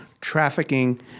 trafficking